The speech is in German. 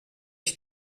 ich